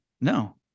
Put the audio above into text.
no